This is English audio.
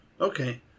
Okay